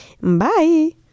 Bye